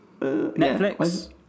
Netflix